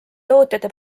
tootjate